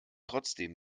trotzdem